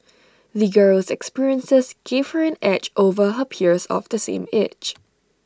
the girl's experiences gave her an edge over her peers of the same age